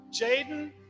Jaden